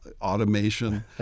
automation